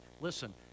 Listen